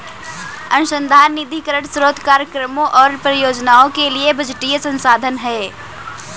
अनुसंधान निधीकरण स्रोत कार्यक्रमों और परियोजनाओं के लिए बजटीय संसाधन है